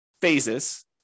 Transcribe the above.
phases